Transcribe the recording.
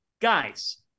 guys